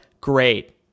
Great